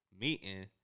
meeting